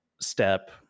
step